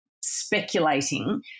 speculating